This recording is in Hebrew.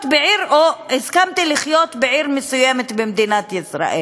והסכמתי לחיות בעיר מסוימת במדינת ישראל.